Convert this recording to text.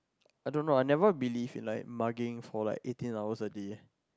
I don't know I never believe in like mugging for like eighteen hours a day